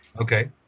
Okay